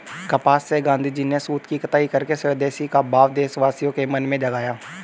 कपास से गाँधीजी ने सूत की कताई करके स्वदेशी का भाव देशवासियों के मन में जगाया